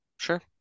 Sure